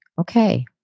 Okay